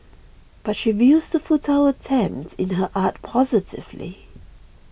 but she views the futile attempt in her art positively